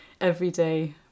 everyday